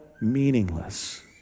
meaningless